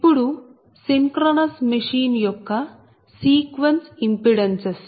ఇప్పుడు synchronous machine యొక్క sequence impedances